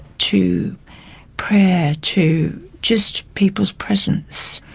to prayer, to just people's presence.